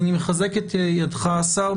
אני מחזק את ידך, השר.